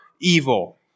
evil